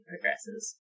progresses